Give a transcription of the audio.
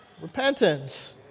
Repentance